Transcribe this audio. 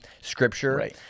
Scripture